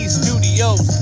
studios